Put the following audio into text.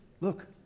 look